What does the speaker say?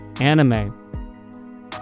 Anime